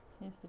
Yes